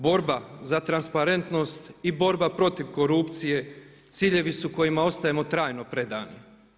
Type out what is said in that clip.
Borba za transparentnost i borba protiv korupcije, ciljevi su kojima ostajemo trajno predani.